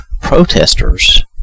protesters